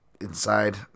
inside